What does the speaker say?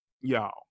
y'all